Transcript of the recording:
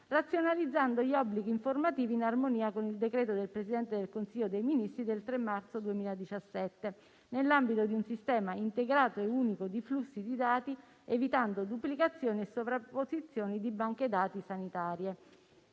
razionalizzando gli obblighi informativi, in armonia con il decreto del Presidente del Consiglio dei ministri del 3 marzo 2017, nell'ambito di un sistema integrato e unico di flussi di dati, evitando duplicazioni e sovrapposizioni di banche dati sanitarie.